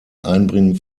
einbringen